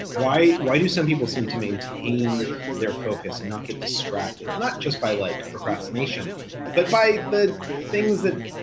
why why do some people seem to maintain their focus and not get distracted, not just by like procrastination but by the things that,